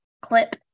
clip